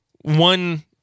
one